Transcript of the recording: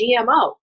GMO